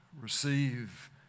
receive